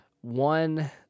One